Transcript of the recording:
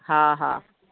हा हा